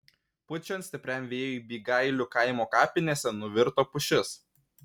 pučiant stipriam vėjui bygailių kaimo kapinėse nuvirto pušis